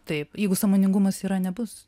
taip jeigu sąmoningumas yra nebus